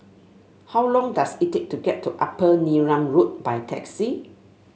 how long does it take to get to Upper Neram Road by taxi